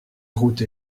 route